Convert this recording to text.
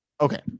Okay